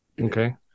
okay